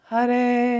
Hare